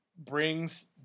brings